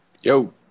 Yo